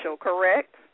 correct